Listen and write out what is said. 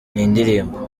indirimbo